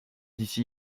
ici